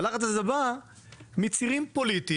הלחץ הזה בא מהצירים הפוליטיים.